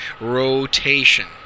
rotation